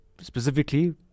specifically